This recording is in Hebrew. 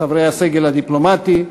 חברי הסגל הדיפלומטי,